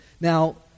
Now